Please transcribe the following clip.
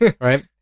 Right